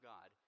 God